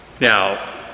Now